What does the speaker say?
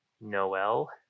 Noel